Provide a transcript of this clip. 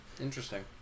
interesting